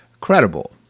credible